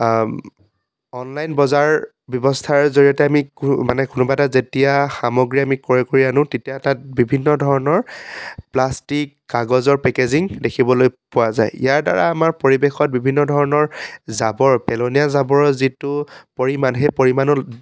online বজাৰ ব্যৱস্থাৰ জৰিয়তে আমি কোনো মানে কোনোবা এটা যেতিয়া সামগ্ৰী আমি ক্ৰয় কৰি আনো তেতিয়া তাত বিভিন্ন ধৰণৰ প্লাষ্টিক কাগজৰ পেকেজিং দেখিবলৈ পোৱা যায় ইয়াৰ দ্বাৰা আমাৰ পৰিৱেশত বিভিন্ন ধৰণৰ জাবৰ পেলনীয়া জাবৰৰ যিটো পৰিমাণ সেই পৰিমাণৰ